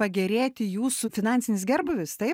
pagerėti jūsų finansinis gerbūvis taip